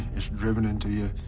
it's driven into you,